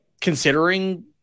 Considering